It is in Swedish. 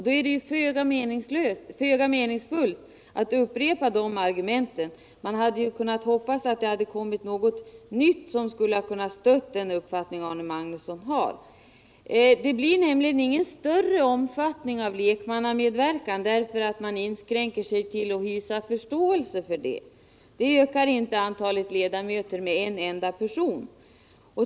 Då är det föga meningsfullt att upprepa just de argumenten. Man hade kunnat hoppas på något nytt argument, som stött den uppfattning Arne Magnusson har. Det blir nämligen ingen större omfattning av lekmannamedverkan för att man inskränker sig till att visa förståelse för den. Det ökar inte antalet ledamöter med en enda person.